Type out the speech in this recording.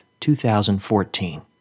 2014